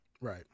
Right